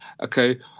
okay